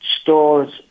stores